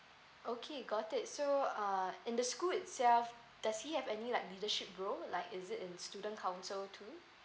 okay got it so uh in the school itself does he have any like leadership role like is it in student counsel too